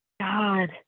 God